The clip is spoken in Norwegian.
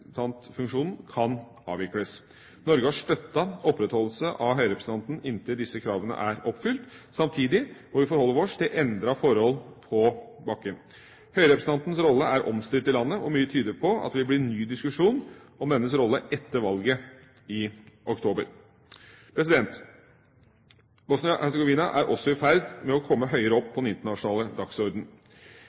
kan avvikles. Norge har støttet opprettholdelse av høyrepresentanten inntil disse kravene er oppfylt. Samtidig må vi forholde oss til endrede forhold på bakken. Høyrepresentantens rolle er omstridt i landet, og mye tyder på at det vil bli en ny diskusjon om dennes rolle etter valget i oktober. Bosnia-Hercegovina er også i ferd med å komme høyere opp på den internasjonale